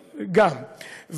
גם, כן.